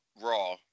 Raw